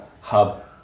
hub